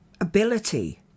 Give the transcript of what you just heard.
ability